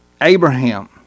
Abraham